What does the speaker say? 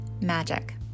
magic